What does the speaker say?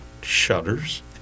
Shutters